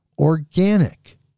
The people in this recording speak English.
organic